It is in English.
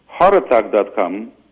heartattack.com